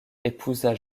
épousa